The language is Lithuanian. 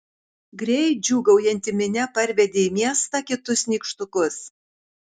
greit džiūgaujanti minia parvedė į miestą kitus nykštukus